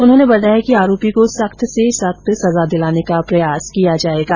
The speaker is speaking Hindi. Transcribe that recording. उन्होंने बताया कि आरोपी को सख्त से सख्त सजा दिलाने का प्रयास किया जायेगा